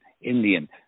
Indian